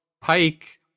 pike